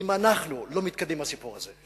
אם אנחנו לא מתקדמים עם הסיפור הזה,